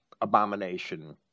abomination